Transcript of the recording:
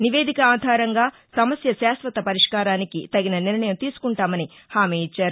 నివేదిక ఆధారంగా సమస్య శాశ్వత పరిష్కారానికి తగిన నిర్ణయం తీసుకుంటామని హామీ ఇచ్చారు